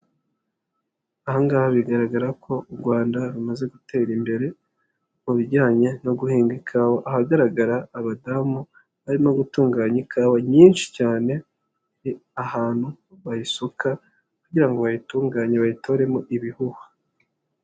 Aha ngaha bigaragara ko u Rwanda rumaze gutera imbere mu bijyanye no guhinga ikawa, ahagaragara abadamu barimo gutunganya ikawa nyinshi cyane, hari ahantu bayisuka kugira ngo bayitunganye bayitoremo ibihuhwa.